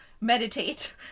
meditate